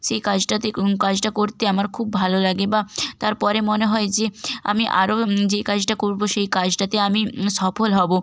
সেই কাজটাতে কাজটা করতে আমার খুব ভালো লাগে বা তারপরে মনে হয় যে আমি আরও যেই কাজটা করবো সেই কাজটাতে আমি সফল হবো